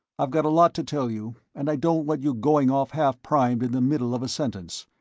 i've got a lot to tell you, and i don't want you going off half-primed in the middle of a sentence.